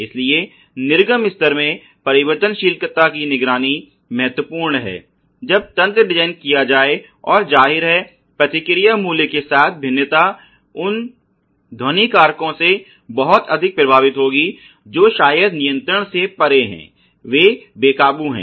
इसलिए निर्गम स्तर में परिवर्तनशीलता की निगरानी महत्वपूर्ण है जब तंत्र डिजाइन किया जाय और जाहिर है प्रतिक्रिया मूल्य के साथ साथ भिन्नता उन न ध्वनि कारकों से बहुत अधिक प्रभावित होगी जो शायद नियंत्रण से परे हैं वे बेकाबू हैं